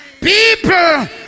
people